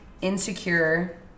insecure